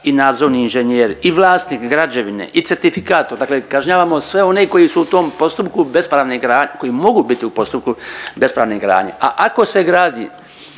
i nadzorni inženjer i vlasnik građevine i certifikator. Dakle kažnjavamo sve one koji su u tom postupku bespravne gradnje, koji mogu biti u postupku bespravne gradnje, a ako se gradi